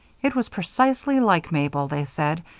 it was precisely like mabel, they said,